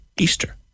Easter